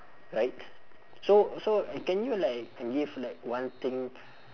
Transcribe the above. right so so can you like give like one thing